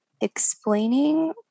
explaining